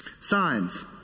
Signs